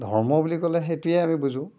ধৰ্ম বুলি ক'লে সেইটোৱে আমি বুজো